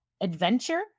adventure